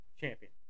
Champion